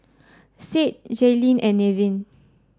Sade Jaylene and Nevin